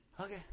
Okay